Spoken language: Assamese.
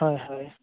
হয় হয়